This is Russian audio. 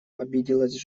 обиделась